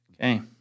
Okay